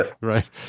Right